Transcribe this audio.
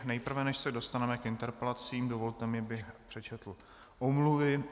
Nejprve, než se dostaneme k interpelacím, mi dovolte, abych přečetl omluvy.